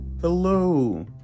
Hello